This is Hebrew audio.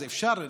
אז אפשר,